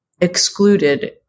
excluded